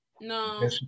no